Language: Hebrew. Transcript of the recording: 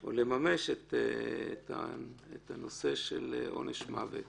או לממש את הנושא של עונש מוות.